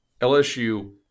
LSU